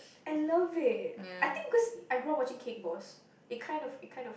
I love it I think because I grow up watching Cake Boss it kind of it kind of